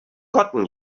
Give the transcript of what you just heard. gotten